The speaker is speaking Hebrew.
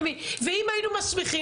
ואם היינו מסמיכים,